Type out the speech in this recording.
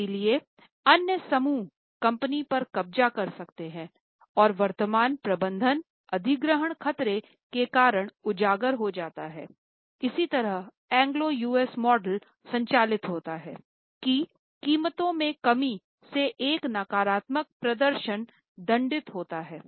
इसलिए अन्य समूह कंपनी पर कब्ज़ा कर सकते हैं और वर्तमान प्रबंधन अधिग्रहण खतरे के कारण उजागर हो जाता हैइसी तरह एंग्लो यूएस मॉडल संचालित होता है कि कीमतों में कमी से एक नकारात्मक प्रदर्शन दंडित होता है